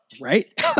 Right